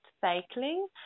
cycling